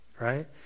right